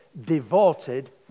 devoted